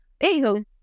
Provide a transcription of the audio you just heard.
Anywho